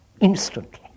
instantly